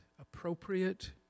appropriate